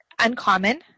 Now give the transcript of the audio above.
uncommon